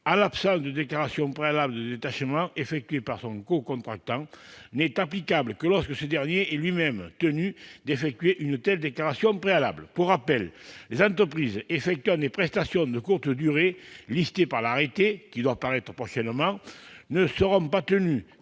en l'absence de déclaration préalable de détachement effectuée par son cocontractant, n'est applicable que lorsque ce dernier est lui-même tenu d'effectuer une telle déclaration préalable. En outre, les entreprises effectuant des prestations de courte durée, listées par l'arrêté qui devrait prochainement paraître, ne seront pas tenues